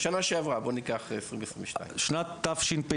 בוא ניקח את השנה שעברה, 2022. שנת תשפ"ג